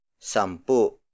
Sampu